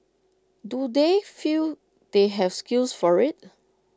do they feel they have skills for IT